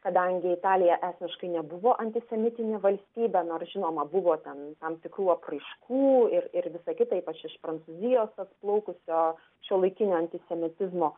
kadangi italija esmiškai nebuvo antisemitinė valstybė nors žinoma buvo ten tam tikrų apraiškų ir ir visa kita ypač iš prancūzijos atplaukusio šiuolaikinio antisemitizmo